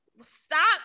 stop